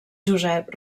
josep